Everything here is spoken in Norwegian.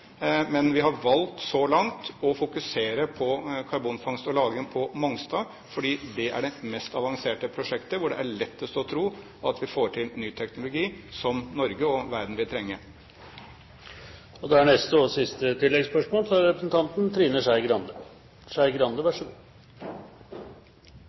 men vi har så langt valgt å fokusere på karbonfangst og -lagring på Mongstad, fordi det er det mest avanserte prosjektet og der det er lettest å tro at vi får til ny teknologi som Norge og verden